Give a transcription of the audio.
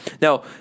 Now